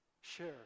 share